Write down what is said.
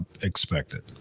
expected